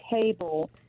table